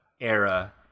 era